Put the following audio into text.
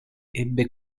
ebbe